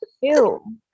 Ew